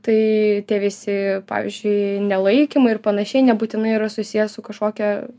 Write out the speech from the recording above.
tai tie visi pavyzdžiui nelaikymai ir panašiai nebūtinai yra susiję su kažkokia